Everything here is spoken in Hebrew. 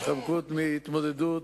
התחמקות מהתמודדות